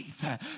faith